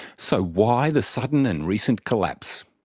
so why the sudden and recent collapse?